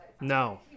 no